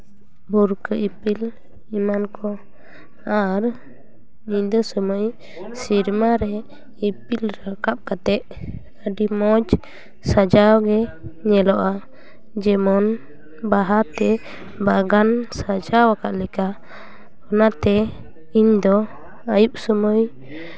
ᱵᱷᱩᱨᱠᱟᱹ ᱤᱯᱤᱞ ᱮᱢᱟᱱ ᱠᱚ ᱟᱨ ᱧᱤᱫᱟᱹ ᱥᱚᱢᱚᱭ ᱥᱮᱨᱢᱟ ᱨᱮ ᱤᱯᱤᱞ ᱨᱟᱠᱟᱵ ᱠᱟᱛᱮᱫ ᱟᱹᱰᱤ ᱢᱚᱡᱽ ᱥᱟᱡᱟᱣ ᱜᱮ ᱧᱮᱞᱚᱜᱼᱟ ᱡᱮᱢᱚᱱ ᱵᱟᱦᱟᱛᱮ ᱵᱟᱜᱟᱱ ᱥᱟᱡᱟᱣ ᱟᱠᱟᱜ ᱞᱮᱠᱟ ᱚᱱᱟᱛᱮ ᱤᱧᱫᱚ ᱟᱹᱭᱩᱵᱽ ᱥᱚᱢᱚᱭ